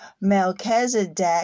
Melchizedek